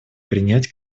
принять